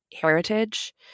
heritage